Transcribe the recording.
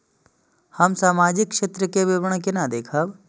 हम सामाजिक क्षेत्र के विवरण केना देखब?